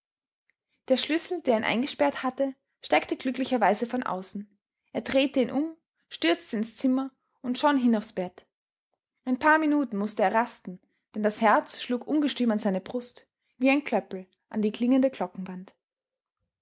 der schlüssel der ihn eingesperrt hatte steckte glücklicherweise von außen er drehte ihn um stürzte ins zimmer und schon hin aufs bett ein paar minuten mußte er rasten denn das herz schlug ungestüm an seine brust wie ein klöppel an die klingende